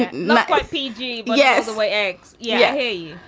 and like fiji. yeah. it's a way. eggs. yeah. hey,